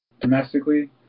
domestically